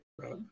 right